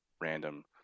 random